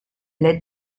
l’aide